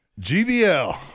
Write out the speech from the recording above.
GBL